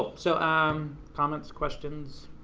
ah so um comments, questions,